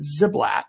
Ziblatt